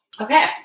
Okay